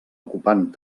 ocupant